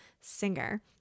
singer